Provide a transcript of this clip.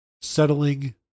settling